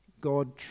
God